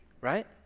right